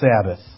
Sabbath